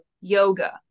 yoga